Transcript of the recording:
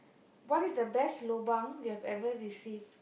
what is the best lobang you have ever received